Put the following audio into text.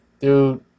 Dude